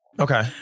Okay